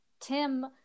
Tim